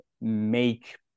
make